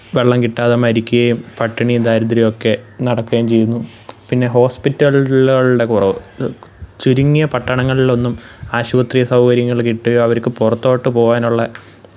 വെള്ളം കിട്ടാതെ മരിക്കുകയും പട്ടിണിയും ദാരിദ്രിയവുമൊക്കെ നടക്കുകയും ചെയ്യുന്നു പിന്നെ ഹോസ്പിറ്റലുകളുടെ കുറവ് ചുരുങ്ങിയ പട്ടണങ്ങളിലൊന്നും ആശുപത്രി സൗകര്യങ്ങൾ കിട്ടുകയോ അവർക്ക് പുറത്തോട്ട് പോവാനുള്ള